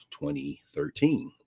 2013